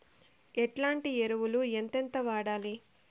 ఎట్లాంటి ఎరువులు ఎంతెంత వాడాలి?